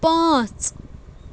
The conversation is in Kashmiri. پانٛژھ